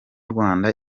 rwanda